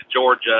Georgia